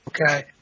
okay